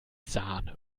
sahne